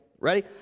Ready